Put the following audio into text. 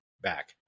back